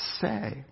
say